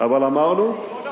אבל אמרנו ועשינו.